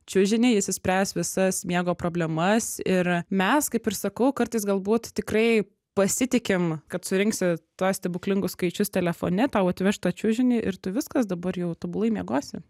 čiužinį jis išspręs visas miego problemas ir mes kaip ir sakau kartais galbūt tikrai pasitikim kad surinksi tuos stebuklingus skaičius telefone tau atveš tą čiužinį ir tu viskas dabar jau tobulai miegosi